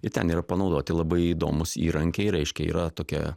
ir ten yra panaudoti labai įdomūs įrankiai reiškia yra tokia